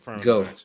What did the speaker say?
Go